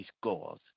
scores